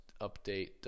update